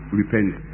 repent